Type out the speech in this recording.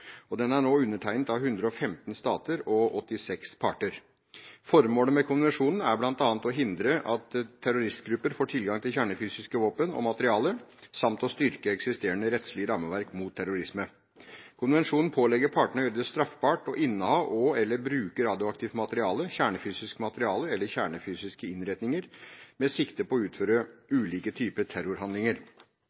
september. Den er nå undertegnet av 115 stater og 86 parter. Formålet med konvensjonen er bl.a. å hindre at terroristgrupper får tilgang til kjernefysiske våpen og materiale samt å styrke det eksisterende rettslige rammeverket mot terrorisme. Konvensjonen pålegger partene å gjøre det straffbart å inneha og/eller bruke radioaktivt materiale, kjernefysisk materiale eller kjernefysiske innretninger med sikte på å utføre ulike typer terrorhandlinger